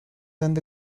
and